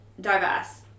diverse